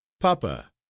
Papa